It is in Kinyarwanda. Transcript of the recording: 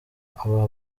aba